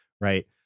Right